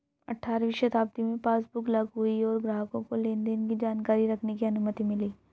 अठारहवीं शताब्दी में पासबुक लागु हुई और ग्राहकों को लेनदेन की जानकारी रखने की अनुमति मिली